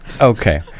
Okay